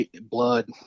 blood